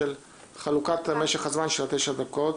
של חלוקת משך הזמן של תשע הדקות,